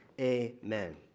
Amen